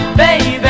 baby